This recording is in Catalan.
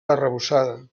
arrebossada